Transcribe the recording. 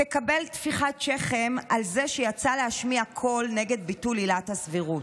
תקבל טפיחת שכם על זה שיצאה להשמיע קול נגד ביטול עילת הסבירות.